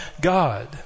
God